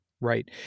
right